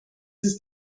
ist